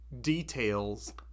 details